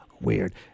weird